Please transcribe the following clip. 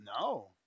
No